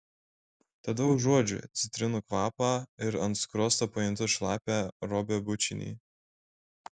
tada užuodžiu citrinų kvapą ir ant skruosto pajuntu šlapią robio bučinį